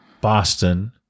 Boston